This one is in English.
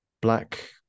black